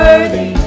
Worthy